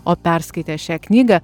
o perskaitę šią knygą